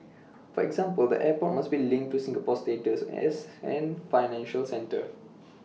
for example the airport must be linked to Singapore's status as an financial centre